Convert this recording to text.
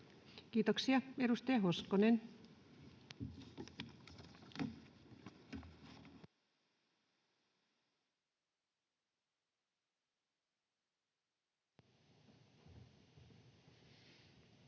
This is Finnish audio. Kiitoksia. — Edustaja Hoskonen. [Speech